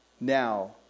now